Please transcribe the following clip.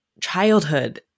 childhood